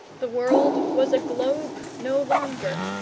the world was a globe no longer,